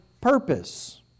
purpose